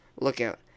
Lookout